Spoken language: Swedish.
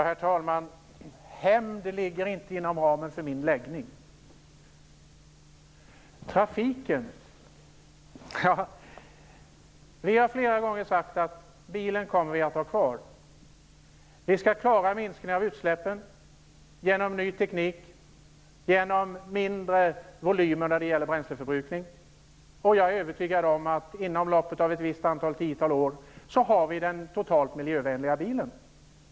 Herr talman! Hämnd finns inte inom ramen för min läggning. När det gäller trafiken har vi flera gånger sagt att vi kommer att ha kvar bilen. Vi skall klara minskningen av utsläppen genom ny teknik och genom mindre volymer av bränsleförbrukning, inte genom att beskatta bilen så att vanliga inkomsttagare inte har råd att ha bil i framtiden.